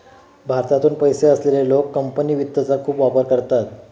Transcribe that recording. भारतातून पैसे असलेले लोक कंपनी वित्तचा खूप वापर करतात